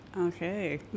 Okay